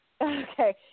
Okay